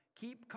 Keep